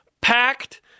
packed